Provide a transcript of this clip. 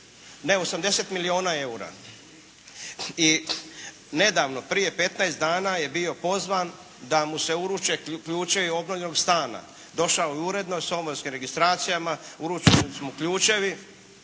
ne 80 milijuna eura. I nedavno prije petnaest dana je bio pozvan da mu se uruče ključevi obnovljenog stana. Došao je uredno sa somborskim registracijama, uručeni su mu ključevi